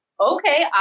Okay